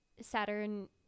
Saturn